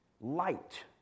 light